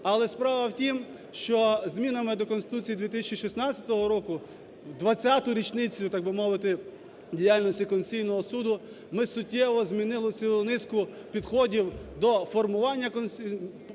Але справа в тім, що змінами до Конституції 2016 року в 20-у річницю, так би мовити, діяльності Конституційного Суду ми суттєво змінили цю низку підходів до формування Конституційного